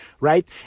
right